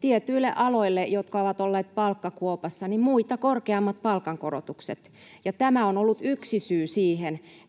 tietyille aloille, jotka ovat olleet palkkakuopassa, muita korkeammat palkankorotukset, ja tämä on ollut yksi syy,